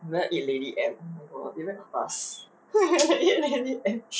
you want eat lady M oh my god they very atas lady M